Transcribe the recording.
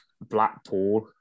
Blackpool